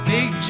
Big